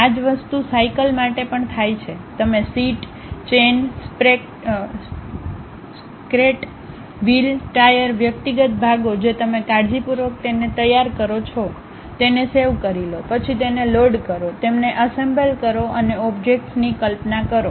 આ જ વસ્તુ સાયકલ માટે પણ થાય છે તમે seat chain sprocket wheel tyre વ્યક્તિગત ભાગો જે તમે કાળજીપૂર્વક તેને તૈયાર કરો છો તેને સેવ કરી લો પછી તેને લોડ કરો તેમને એસેમ્બલ કરો અને ઓબ્જેક્ટ્સની કલ્પના કરો